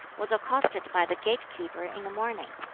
was accosted by the gate-keeper in the morning.